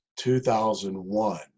2001